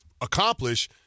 accomplish